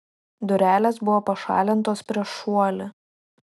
durelės buvo pašalintos prieš šuolį